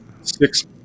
six